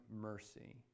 mercy